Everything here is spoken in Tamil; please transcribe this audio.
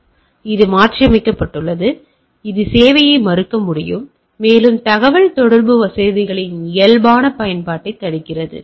எனவே இது மாற்றியமைக்கப்பட்டுள்ளது இது சேவையை மறுக்க முடியும் மேலும் தகவல்தொடர்பு வசதிகளின் இயல்பான பயன்பாட்டைத் தடுக்கிறது